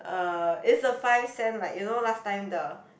uh it's a five cent like you know last time the